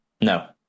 No